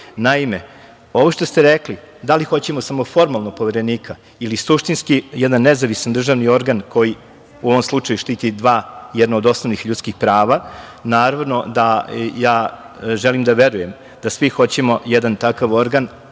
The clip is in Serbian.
ovo što ste rekli, da li samo hoćemo formalno Poverenika ili suštinski jedan nezavistan državni organ koji u ovom slučaju štiti dva, jedno od osnovnih ljudskih prava. Naravno, želim da verujem da svi hoćemo jedan takav organ